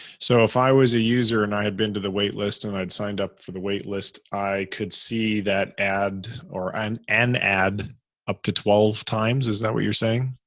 so if i was a user and i had been to the waitlist and i'd signed up for the wait list, i could see that ad or an an ad up to twelve times, is that what you're saying?